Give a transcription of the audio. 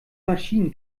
maschinen